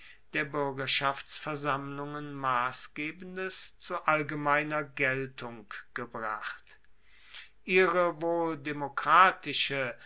der buergerschaftsversammlungen massgebendes zu allgemeiner geltung gebracht ihre